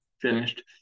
finished